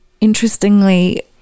interestingly